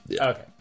Okay